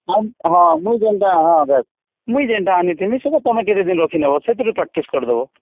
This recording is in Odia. ଆଉ ହଁ ମୁଇଁ ଯେନ୍ତା ହଁ ବାସ ମୁଇଁ ଯେନ୍ତା ଆନିଥିମି ସେଟା ତମେ କେତେ ଦିନ ରଖିନମ ସେଇଥିରୁ ପ୍ରାକ୍ଟିସ୍ କରି ଦବ